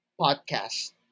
podcast